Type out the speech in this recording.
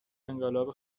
انقلاب